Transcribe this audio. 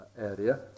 area